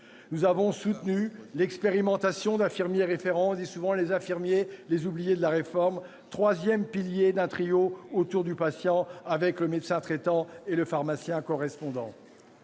Nous avons soutenu l'expérimentation d'infirmiers référents- on dit souvent que les infirmiers sont les oubliés de la réforme -, troisième pilier d'un trio autour du patient avec le médecin traitant et le pharmacien correspondant.